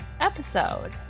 episode